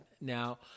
Now